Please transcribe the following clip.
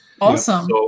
Awesome